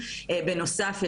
בנוסף,